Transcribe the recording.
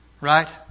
right